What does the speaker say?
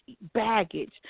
baggage